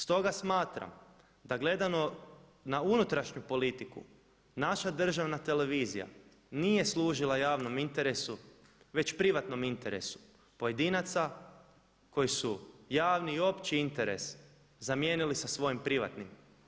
Stoga smatram da gledano na unutrašnju politiku naša državna televizija nije služila javnom interesu već privatnom interesu pojedinaca koji su javni i opći interes zamijenili sa svojim privatnim.